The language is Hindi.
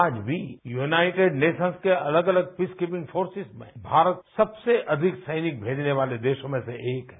आज भी यूनाइटेड नेशनंत की अलग अलग पीस कीपिंग फोर्सेज में भारत सबसे अधिक सैनिक भेजने वाले देशों में से एक है